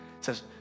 says